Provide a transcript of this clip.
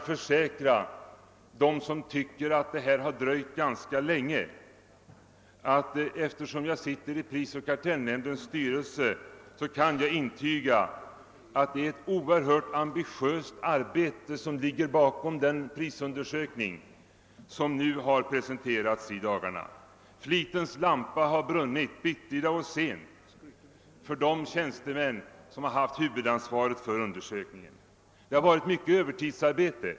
Eftersom jag sitter i prisoch kartellnämndens styrelse kan jag intyga för dem som tycker att det har dröjt ganska länge, att ett oerhört ambitiöst arbete ligger bakom den prisundersökning som i dagarna presenterats. Flitens lampa har brunnit bittida och sent för de tjänstemän som haft huvudansvaret för undersökningen. Det har varit mycket övertidsarbete.